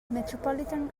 metropolitan